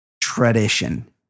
tradition